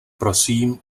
prosím